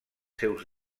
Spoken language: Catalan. seus